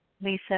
Lisa